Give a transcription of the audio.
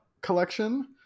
collection